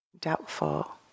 doubtful